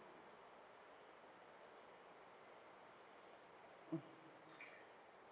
mm